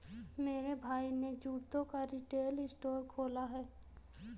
मेरे भाई ने जूतों का रिटेल स्टोर खोला है